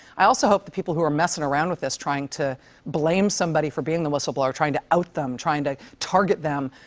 i also hope the people who are messing around with this, trying to blame somebody for being the whistleblower, trying to out them, trying to target them,